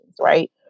right